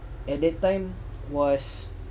at that time was